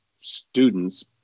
students